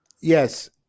Yes